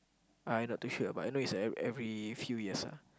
I not too sure but I know it's at every every few years ah